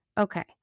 Okay